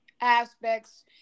aspects